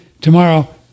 tomorrow